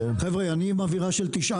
אני יודע באיזו קבוצה הוא.